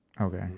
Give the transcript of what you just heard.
okay